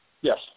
Yes